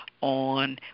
on